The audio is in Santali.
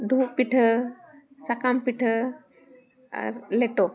ᱰᱩᱢᱵᱩᱜ ᱯᱤᱴᱷᱟᱹ ᱥᱟᱠᱟᱢ ᱯᱤᱴᱷᱟᱹ ᱟᱨ ᱞᱮᱴᱚ